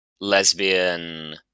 lesbian